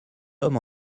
hommes